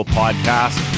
podcast